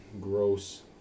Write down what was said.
gross